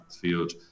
field